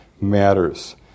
matters